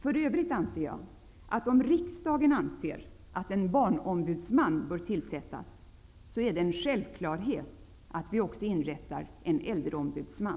För övrigt anser jag att om riksdagen anser att en barnombudsman bör tillsättas, så är det en självklarhet att vi också inrättar en äldreombudsman.